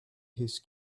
his